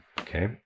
Okay